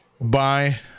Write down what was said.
bye